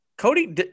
Cody